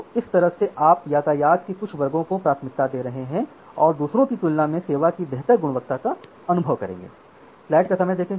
तो इस तरह से आप यातायात के कुछ वर्गों को प्राथमिकता दे रहे हैं जो दूसरों की तुलना में सेवा की बेहतर गुणवत्ता का अनुभव करेंगे